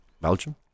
Belgium